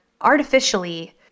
artificially